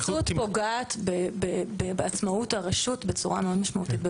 התייעצות פוגעת בעצמאות הרשות בצורה מאוד משמעותית,